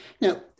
Now